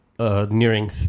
Nearing